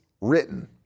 written